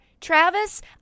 Travis